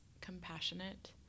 compassionate